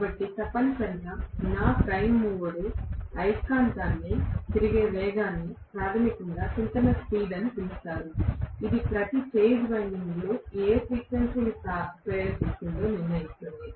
కాబట్టి తప్పనిసరిగా నా ప్రైమ్ మూవర్ అయస్కాంతాన్ని తిరిగే వేగాన్ని ప్రాథమికంగా సింక్రోనస్ స్పీడ్ అని పిలుస్తారు ఇది ప్రతి ఫేజ్ వైండింగ్లలో ఏ ఫ్రీక్వెన్సీని ప్రేరేపిస్తుందో నిర్ణయిస్తుంది